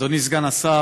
אדוני סגן השר,